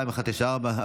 2194,